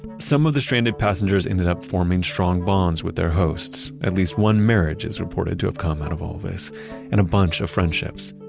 some of the stranded passengers ended up forming strong bonds with their hosts. at least one marriage is reported to have come out of all this and a bunch of friendships.